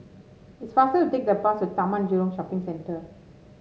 it's faster to take the bus to Taman Jurong Shopping Centre